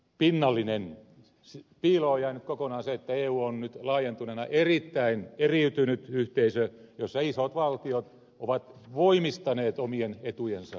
piiloon on jäänyt kokonaan se että eu on nyt laajentuneena erittäin eriytynyt yhteisö jossa isot valtiot ovat voimistaneet omien etujensa ajamista